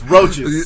Roaches